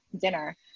dinner